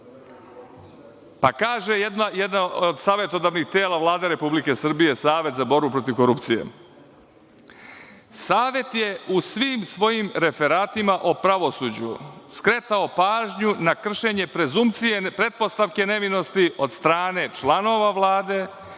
Kaže jedno od savetodavnih tela Vlade Republike Srbije, Savet za borbu protiv korupcije – Savet je u svim svojim referatima o pravosuđu skretao pažnju na kršenje prezunkcije, pretpostavke nevinosti od strane članova Vlade